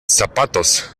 zapatos